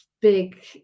big